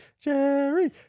Jerry